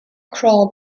crawl